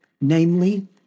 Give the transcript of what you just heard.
namely